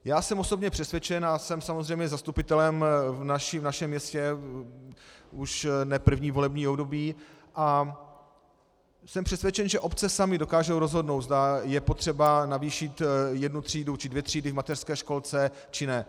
Já jsem osobně přesvědčen, a jsem samozřejmě zastupitelem v našem městě už ne první volební období, a jsem přesvědčen, že obce samy dokážou rozhodnout, zda je potřeba navýšit jednu třídu či dvě třídy v mateřské školce, nebo ne.